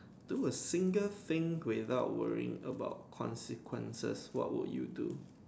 do a single thing without worrying about consequences what would you do